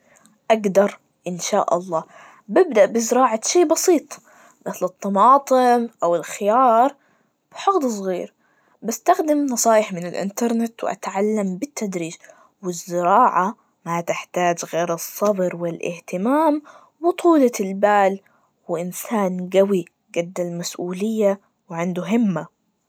أجدر, إن شاء الله, ببدأ بزراعة شي بسيط, مثل الطماطم أو الخيار, وحوض صغير, باستخدم نصايح م الإنترنت وأتعلم بالتدريج, والزراعة ما تحتاج غير الصبر والإهتمام, وطولة البال, وإنسان قوي قد المسؤولية, وعنده همة.